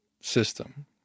system